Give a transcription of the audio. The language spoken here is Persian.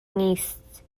نیست